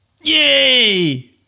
Yay